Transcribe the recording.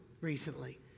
recently